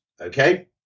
okay